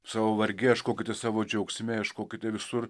savo varge ieškokite savo džiaugsme ieškokite visur